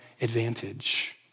advantage